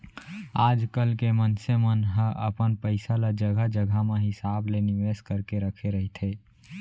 आजकल के मनसे मन ह अपन पइसा ल जघा जघा अपन हिसाब ले निवेस करके रखे रहिथे